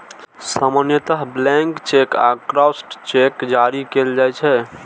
सामान्यतः blank cheque आ crossed cheque जारी कैल जाइ छै